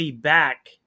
back